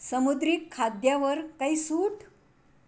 समुद्री खाद्यावर काही सूट